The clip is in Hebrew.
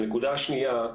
הנקודה השנייה,